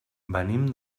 venim